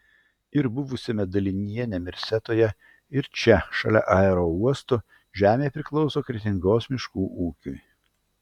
ir buvusiame dalinyje nemirsetoje ir čia šalia aerouosto žemė priklauso kretingos miškų ūkiui